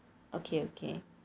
okay okay